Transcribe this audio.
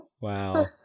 Wow